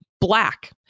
black